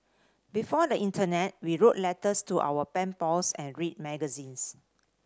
before the internet we wrote letters to our pen pals and read magazines